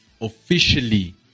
officially